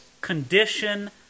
condition